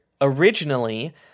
originally